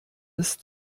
ist